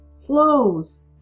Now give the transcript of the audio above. flows